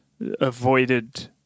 avoided